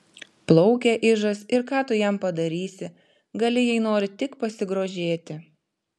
plaukia ižas ir ką tu jam padarysi gali jei nori tik pasigrožėti